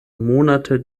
monate